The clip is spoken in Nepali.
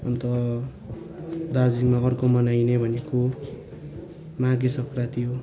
अन्त दार्जिलिङमा अर्को मनाइने भनेको माघे सङ्क्रान्ति हो